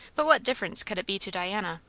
but what difference could it be to diana?